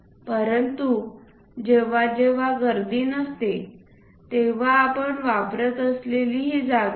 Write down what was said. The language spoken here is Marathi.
परंतु जेव्हा जेव्हा गर्दी नसते तेव्हा आपण वापरत असलेली ही जागा आहे